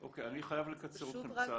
אני חייב לקצר אתכם קצת כדי להספיק להגיע לתוצאה.